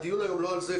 הדיון היום זה לא על זה,